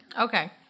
Okay